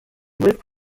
lived